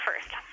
first